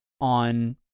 on